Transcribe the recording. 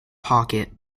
pocket